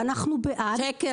אנחנו בעד --- שקר.